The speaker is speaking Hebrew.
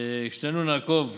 שנינו נעקוב,